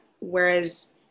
whereas